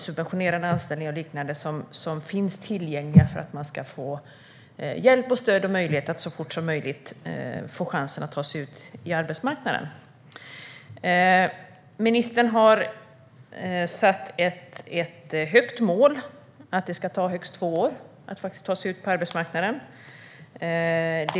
Subventionerade anställningar och liknande finns tillgängligt för att man ska få hjälp och stöd att så fort som möjligt ta sig ut på arbetsmarknaden. Ministern har satt som mål att det ska ta högst två år att ta sig ut på arbetsmarknaden.